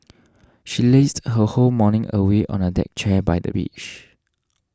she lazed her whole morning away on a deck chair by the beach